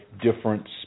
different